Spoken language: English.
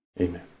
Amen